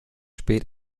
spät